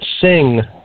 sing